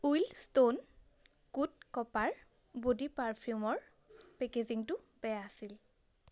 wild Stone Code Copper body পাৰফিউমৰ পেকেজিঙটো বেয়া আছিল